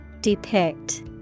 Depict